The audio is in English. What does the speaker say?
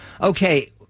Okay